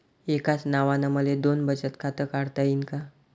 एकाच नावानं मले दोन बचत खातं काढता येईन का?